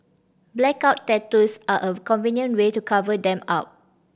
blackout tattoos are a convenient way to cover them up